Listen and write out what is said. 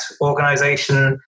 organization